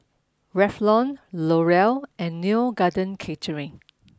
Revlon L'Oreal and Neo Garden Catering